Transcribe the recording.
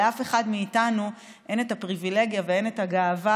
לאף אחד מאיתנו אין את הפריבילגיה ואין את הגאווה